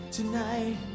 Tonight